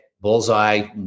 bullseye